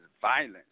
violence